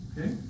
okay